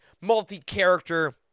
multi-character